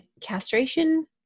Castration